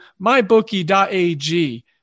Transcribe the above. mybookie.ag